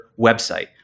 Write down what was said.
website